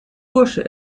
bursche